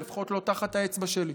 לפחות לא תחת האצבע שלי.